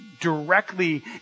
directly